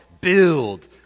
build